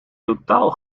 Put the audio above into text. totaal